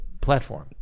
platform